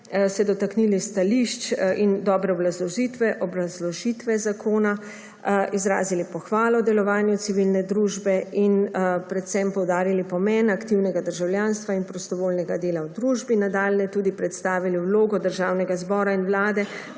dotaknili so se stališč in dobre obrazložitve zakona, izrazili pohvalo delovanju civilne družbe in predvsem poudarili pomen aktivnega državljanstva in prostovoljnega dela v družbi, nadalje tudi predstavili vlogo državnega zbora in vlade